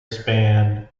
span